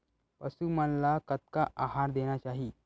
पशु मन ला कतना आहार देना चाही?